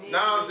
Now